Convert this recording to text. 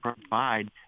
provide